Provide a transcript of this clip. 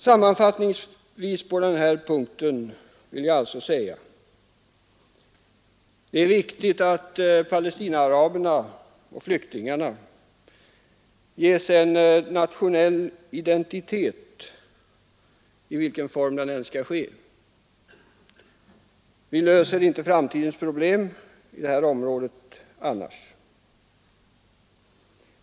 Sammanfattningsvis vill jag på den punkten säga att det alltså är viktigt att Palestinaaraberna och Palestinaflyktingarna ges en nationell identitet, oavsett i vilken form detta skall ske — annars löser vi inte problemen för framtiden i detta område.